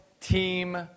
team